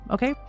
Okay